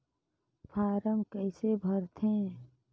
Form कइसे भरते?